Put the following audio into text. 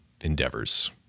endeavors